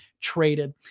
traded